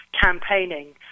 campaigning